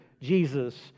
Jesus